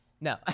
no